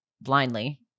blindly